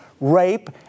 rape